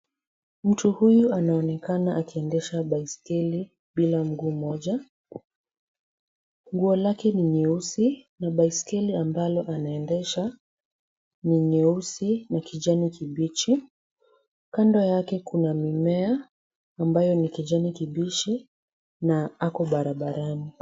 Mtu huyu anaonekana akiendesha baiskeli bila mguu mmoja. Nguo lake ni nyeusi na baiskeli ambalo anaendesha ni nyeusi na kijani kibichi. Kando yake kuna mimea ambayo ni kijani kibichi na ako barabarani.